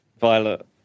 Violet